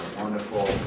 wonderful